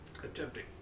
attempting